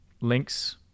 links